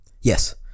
yes